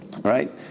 Right